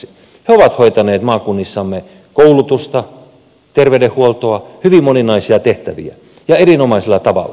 he ovat hoitaneet maakunnissamme koulutusta terveydenhuoltoa hyvin moninaisia tehtäviä ja erinomaisella tavalla